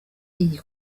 iyi